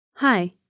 Hi